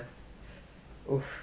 oh